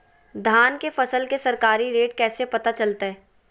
धान के फसल के सरकारी रेट कैसे पता चलताय?